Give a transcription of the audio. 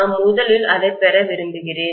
நான் முதலில் அதைப் பெற விரும்புகிறேன்